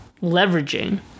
leveraging